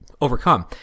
overcome